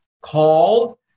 called